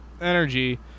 energy